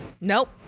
Nope